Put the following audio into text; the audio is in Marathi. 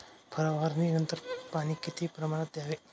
फवारणीनंतर पाणी किती प्रमाणात द्यावे?